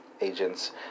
agents